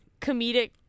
comedic